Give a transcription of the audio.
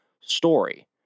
story